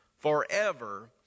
Forever